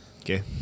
Okay